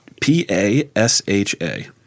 P-A-S-H-A